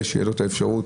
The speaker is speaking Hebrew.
שתהיה לו האפשרות